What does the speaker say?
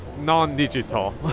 non-digital